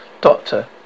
Doctor